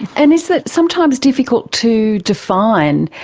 and is it sometimes difficult to define?